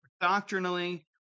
doctrinally